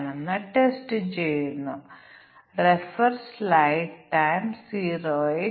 അവരുടെ 40 പരാമീറ്ററുകൾ 40 ഉം പരിഗണിക്കേണ്ടതില്ലെങ്കിൽ ഞങ്ങൾക്കില്ല പരീക്ഷണാത്മകമായി അത് കാണിച്ചിരിക്കുന്നു